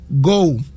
go